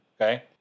Okay